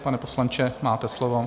Pane poslanče, máte slovo.